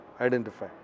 identify